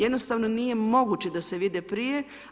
Jednostavno nije moguće da se vide prije.